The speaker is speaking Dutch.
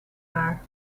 haar